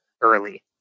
early